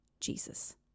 Jesus